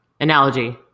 analogy